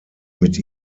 mit